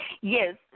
Yes